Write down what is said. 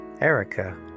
Erica